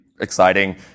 exciting